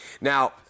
Now